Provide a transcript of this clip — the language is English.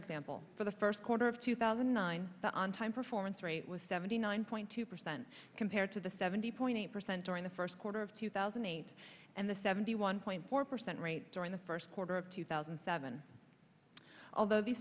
example for the first quarter of two thousand and nine the on time performance rate was seventy nine point two percent compared to the seventy point eight percent during the first quarter of two thousand and eight and the seventy one point four percent rate during the first quarter of two thousand and seven although the